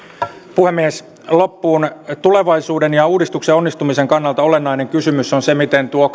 puhemies loppuun tulevaisuuden ja uudistuksen onnistumisen kannalta olennainen kysymys on miten tuo